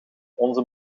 onze